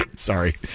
Sorry